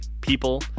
people